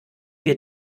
wir